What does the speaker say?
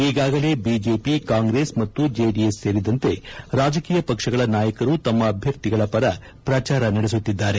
ಈಗಾಗಲೇ ಬಿಜೆಪಿ ಕಾಂಗ್ರೆಸ್ ಮತ್ತು ಜೆಡಿಎಸ್ ಸೇರಿದಂತೆ ರಾಜಕೀಯ ಪಕ್ಷಗಳ ನಾಯಕರು ತಮ್ಮ ಅಭ್ಯರ್ಥಿಗಳ ಪರ ಪ್ರಚಾರ ನಡೆಸುತ್ತಿದ್ದಾರೆ